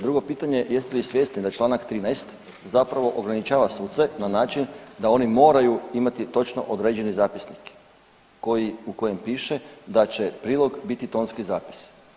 Drugo pitanje, jeste li svjesni da Članak 13. zapravo ograničava suce na način da oni moraju imati točno određeni zapisnik koji, u kojem piše da će prilog biti tonski zapis.